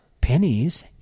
pennies